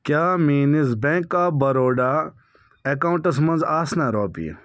کیٛاہ میٛٲنِس bank of Baroda ایٚکاونٛٹَس منٛز آسہِ نا رۄپیہِ